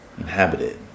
inhabited